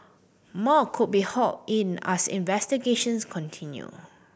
more could be hauled in as investigations continue